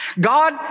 God